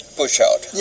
push-out